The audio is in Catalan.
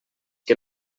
que